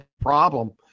problem